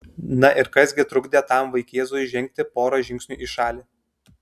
na ir kas gi trukdė tam vaikėzui žengti porą žingsnių į šalį